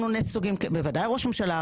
בוודאי ראש ממשלה.